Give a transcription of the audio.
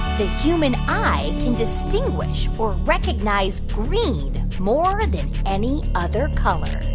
the human eye can distinguish or recognize green more than any other color?